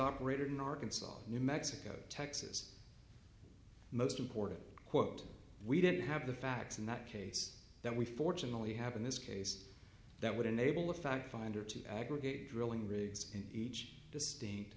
operated in arkansas new mexico texas most important quote we didn't have the facts in that case that we fortunately have in this case that would enable the fact finder to aggregate drilling rigs in each distinct